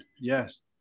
Yes